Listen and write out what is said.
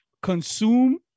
consume